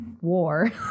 war